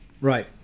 Right